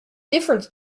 difference